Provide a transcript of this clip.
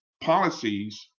policies